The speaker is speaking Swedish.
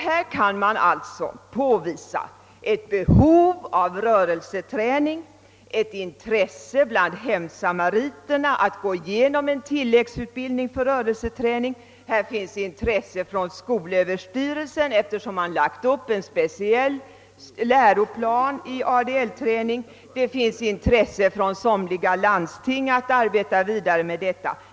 Man kan alltså påvisa ett behov av rörelseträning, man kan påvisa intresse bland hemsamariterna att gå igenom tillläggsutbildning för rörelseträning, intresse från skolöverstyrelsen eftersom denna lagt upp en speciell läroplan i ADL-träning och intresse från somliga landsting att arbeta vidare härmed.